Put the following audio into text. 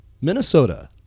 Minnesota